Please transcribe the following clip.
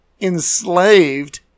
enslaved